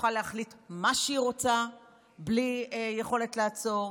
שתוכל להחליט מה שהיא רוצה בלי יכולת לעצור.